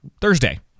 Thursday